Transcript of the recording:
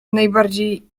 najbardziej